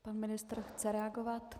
Pan ministr chce reagovat.